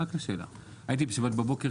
הייתי שם בשבת בבוקר,